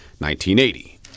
1980